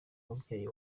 n’umubyeyi